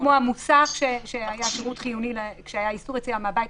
כמו המוסך שהיה שירות חיוני כשהיה איסור יציאה מהבית.